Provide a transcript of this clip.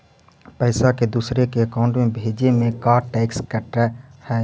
पैसा के दूसरे के अकाउंट में भेजें में का टैक्स कट है?